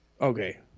Okay